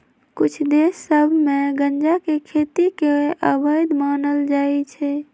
कुछ देश सभ में गजा के खेती के अवैध मानल जाइ छै